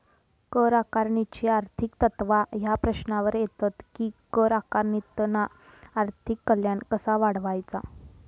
कर आकारणीची आर्थिक तत्त्वा ह्या प्रश्नावर येतत कि कर आकारणीतना आर्थिक कल्याण कसा वाढवायचा?